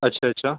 अच्छा अच्छा